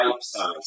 size